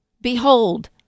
behold